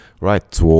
right